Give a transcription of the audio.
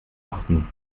achten